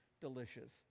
delicious